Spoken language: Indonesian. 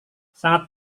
sangat